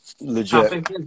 legit